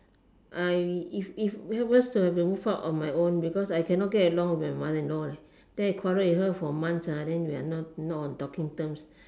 I if if worse to have to move out on my own because I cannot get along with my mother in law then I quarrel with her for months then we are not on talking terms